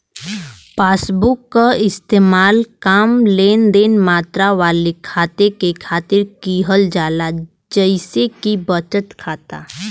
passbook क इस्तेमाल कम लेनदेन मात्रा वाले खाता के खातिर किहल जाला जइसे कि बचत खाता